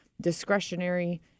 discretionary